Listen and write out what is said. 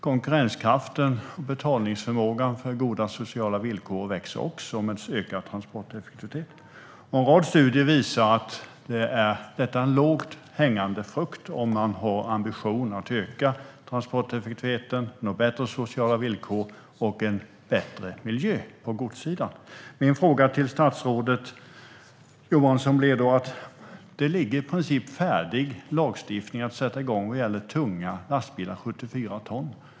Konkurrenskraften och betalningsförmågan för goda sociala villkor växer också med en ökad transporteffektivitet. En rad studier visar att detta är en lågt hängande frukt om man har ambitionen att öka transporteffektiviteten och få bättre sociala villkor och en bättre miljö på godssidan. Jag har då en fråga till statsrådet Johansson. Det ligger i princip en färdig lagstiftning när det gäller tunga lastbilar, 74 ton.